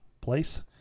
place